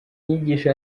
nyigisho